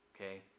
okay